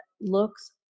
looks